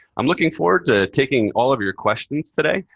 i'm looking forward to taking all of your questions today.